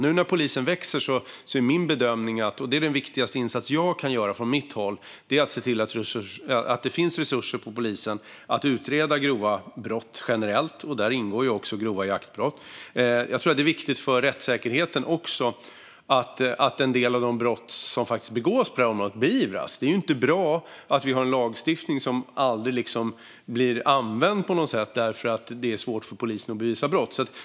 Nu växer polisen, och det är min bedömning att det är den viktigaste insats jag kan göra från mitt håll: att se till att det finns resurser på polisen för att utreda grova brott generellt, och där ingår också grova jaktbrott. Jag tror att det är viktigt också för rättssäkerheten att en del av de brott som begås på det här området beivras. Det är inte bra att vi har en lagstiftning som aldrig blir använd därför att det är svårt för polisen att bevisa brott.